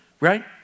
right